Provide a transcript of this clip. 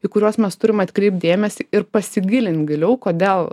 į kuriuos mes turim atkreipt dėmesį ir pasigilint giliau kodėl